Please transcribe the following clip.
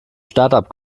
startup